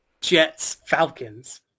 Jets-Falcons